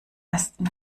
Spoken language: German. ersten